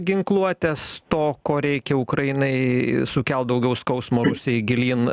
ginkluotės to ko reikia ukrainai sukelt daugiau skausmo rusijai gilyn